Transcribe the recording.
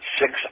six